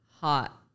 Hot